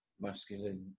masculine